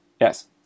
Yes